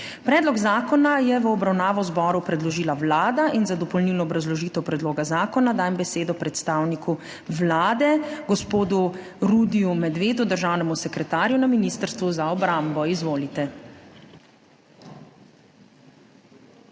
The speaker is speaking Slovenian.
Predlog resolucije je v obravnavo zboru predložila Vlada in za dopolnilno obrazložitev predloga resolucije dajem besedo predstavniku Vlade dr. Damirju Črncu, državnemu sekretarju na Ministrstvu za obrambo. Izvolite.